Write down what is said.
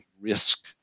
risk